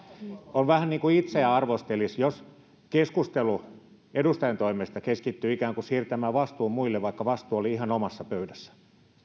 on vähän niin kuin itseään arvostelisi jos keskustelu edustajan toimesta keskittyy ikään kuin siirtämään vastuun muille vaikka vastuu oli ihan omassa pöydässä